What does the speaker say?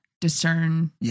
discern